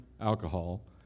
alcohol